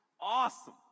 awesome